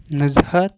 Nuzhat